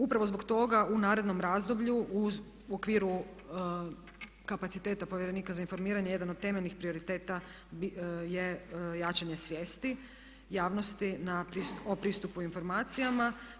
Upravo zbog toga u narednom razdoblju u okviru kapaciteta povjerenika za informiranje jedan od temeljnih prioriteta je jačanje svijesti javnosti o pristupu informacijama.